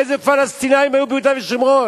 איזה פלסטינים היו ביהודה ושומרון?